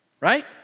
Right